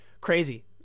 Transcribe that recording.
crazy